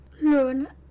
learn